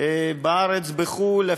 בארץ ובחו"ל,